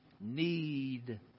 need